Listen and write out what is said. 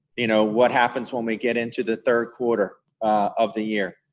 you know, what happens when we get into the third quarter of the year?